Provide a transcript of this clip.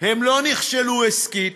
הם לא נכשלו עסקית,